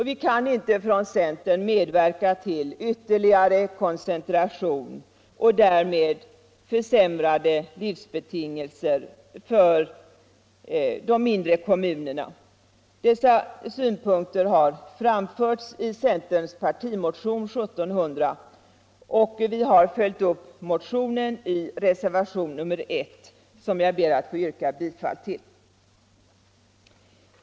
Vi kan inte från centern medverka till ytterligare koncentration och därmed försämrade livsbetingelser för de mindre kommunerna. Dessa synpunkter har framförts i centerns partimotion 1700, och vi har följt upp motionen i reservationen 1, som jag ber att få yrka bifall till.